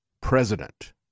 president